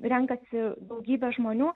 renkasi daugybė žmonių